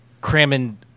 cramming